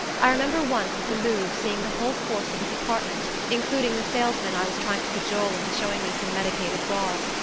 i remember once, at the louvre, seeing the whole force of a department, including the salesman i was trying to cajole into showing me some medicated gauze,